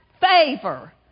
Favor